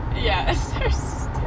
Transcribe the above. Yes